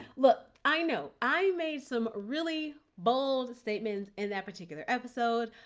look, i know, i made some really bold statements in that particular episode,